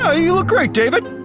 ah you look great, david.